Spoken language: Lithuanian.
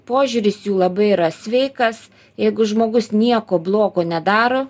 požiūris jų labai yra sveikas jeigu žmogus nieko blogo nedaro